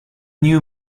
new